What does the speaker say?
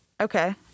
Okay